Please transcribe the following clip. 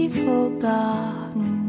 forgotten